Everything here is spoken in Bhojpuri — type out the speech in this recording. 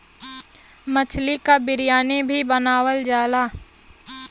मछली क बिरयानी भी बनावल जाला